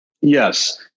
Yes